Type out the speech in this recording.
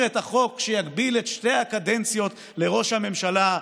את החוק שיגביל את שתי הקדנציות לראש הממשלה,